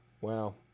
Wow